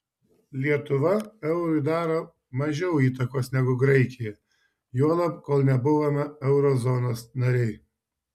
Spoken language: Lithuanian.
lietuva eurui daro mažiau įtakos negu graikija juolab kol nebuvome euro zonos nariai